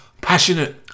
passionate